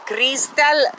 Crystal